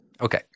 Okay